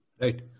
Right